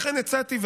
לכן הצעתי,